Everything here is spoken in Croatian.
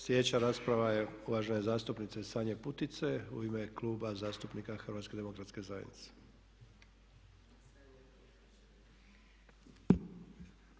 Sljedeća rasprava je uvažene zastupnice Sanje Putice u ime Kluba zastupnika HDZ-a.